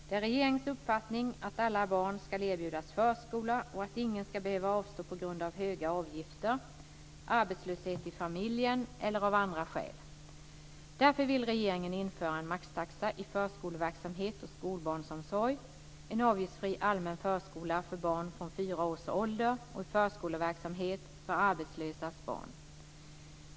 Det är regeringens uppfattning att alla barn ska erbjudas förskola och att ingen ska behöva avstå på grund av höga avgifter, arbetslöshet i familjen eller av andra skäl. Därför vill regeringen införa en maxtaxa i förskoleverksamhet och skolbarnsomsorg, en avgiftsfri allmän förskola för barn från fyra års ålder och förskoleverksamhet för arbetslösas barn.